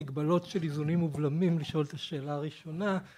מגבלות של איזונים ובלמים לשאול את השאלה הראשונה,